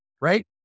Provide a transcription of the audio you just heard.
right